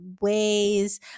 ways